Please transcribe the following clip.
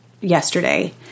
yesterday